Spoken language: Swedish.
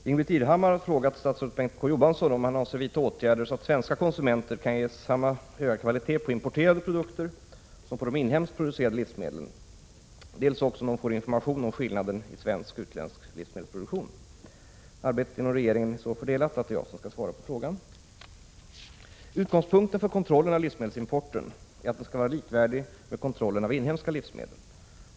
Fru talman! Ingbritt Irhammar har frågat statsrådet Bengt K. Å. Johansson om han avser att vidta åtgärder så att svenska konsumenter dels kan garanteras samma höga kvalitet på importerade produkter som de inhemskt producerade livsmedlen håller, dels också får information om skillnaden i svensk och utländsk livsmedelsproduktion. Arbetet inom regeringen är så fördelat att det är jag som skall svara på frågan. Utgångspunkten för kontrollen av livsmedelsimporten är att den skall vara likvärdig med kontrollen av inhemska livsmedel.